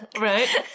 right